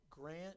Grant